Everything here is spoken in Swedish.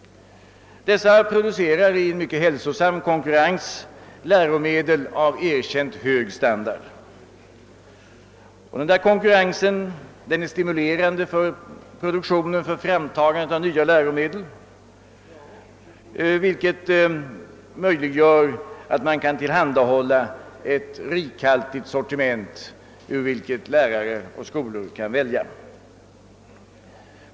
Dessa producerar i mycket hälsosam konkurrens läromedel av erkänt hög standard. Denna konkurrens är stimulerande för frambringandet av nya läromedel, vilket möjliggör att man kan tillhandahålla ett rikhaltigt sortiment ur vilket lärare och skolor kan välja.